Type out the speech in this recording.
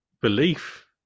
belief